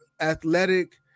athletic